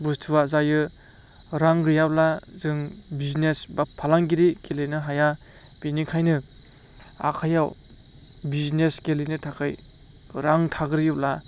बुस्थुआ जायो रां गैयाब्ला जों बिजिनेस एबा फालांगिरि गेलेनो हाया बिनिखायनो आखायाव बिजिनेस गेलेनो थाखाय रां थाग्रोयोब्ला